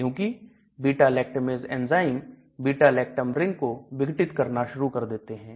क्योंकि beta lactamase enzyme beta lactam ring को विघटित करना शुरू कर देते हैं